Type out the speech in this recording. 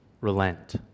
relent